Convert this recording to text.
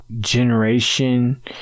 generation